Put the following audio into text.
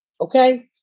okay